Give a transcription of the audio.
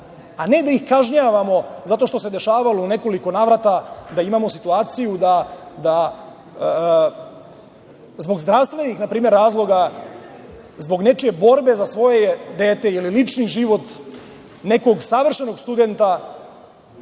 a ne da ih kažnjavamo zato što se dešavalo u nekoliko navrata da imamo situaciju da zbog npr. zdravstvenih razloga, zbog nečije borbe za svoje dete ili lični život, nekog savršenog studenta